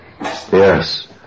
Yes